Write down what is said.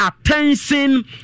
attention